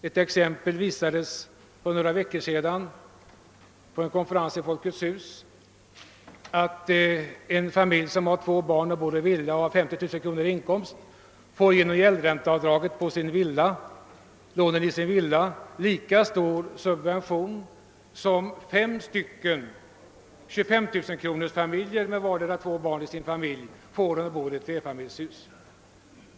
Ett exempel gavs för några veckor sedan på en konferens i Folkets hus här i Stockholm, där det redovisades att en familj med 50 000 kronors inkomst som har två barn och bor i villa genom gäldränteavdraget på lånen i villan får lika stor subvention som fem 25 000 kronorsfamiljer med vardera två barn som bor i flerfamiljshus.